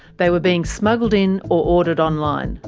they were being smuggled in, or ordered online.